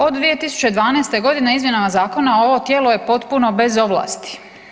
Od 2012.g. izmjenama zakona ovo tijelo je potpuno bez ovlasti.